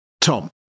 Tom